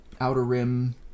outer-rim